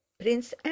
Prince